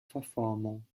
verformung